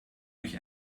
durch